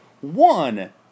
One